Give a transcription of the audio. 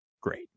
great